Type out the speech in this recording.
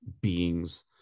beings